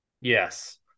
Yes